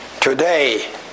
Today